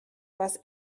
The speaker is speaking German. was